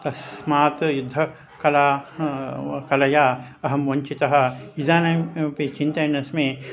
तस्मात् युद्धकलाः कलया अहं वञ्चितः इदानाम् अपि चिन्तयन् अस्मि